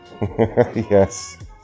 Yes